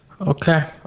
Okay